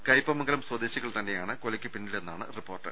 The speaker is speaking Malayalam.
കയ്പ മംഗലം സ്വദേശികൾ തന്നെയാണ് കൊലയ്ക്ക് പിന്നിലെന്നാണ് റിപ്പോർട്ട്